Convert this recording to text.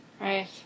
Right